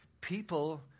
people